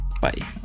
Bye